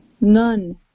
none